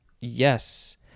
Yes